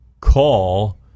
call